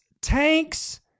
tanks